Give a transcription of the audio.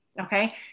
okay